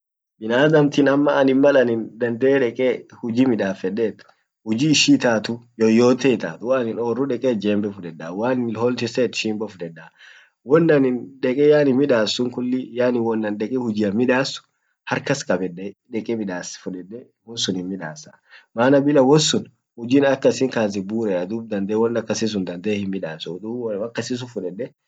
bin adamtin ama anin malanin dande deke hujimidafed huji ishi itatu yoyote itatwo anin orru deket jembe fudeda woanin lon tisset shimbo fudeda won anin deke anin midansun kulli yaani won an deke huji anmidas har kaskabedde deke midas fudedde won sinnin midasa maana bila won sun hujin akkasin kazi burea dub dandee won akkasin sun dandee himmidansu dub woo akkasisun fudedde achiandeke hujian midasa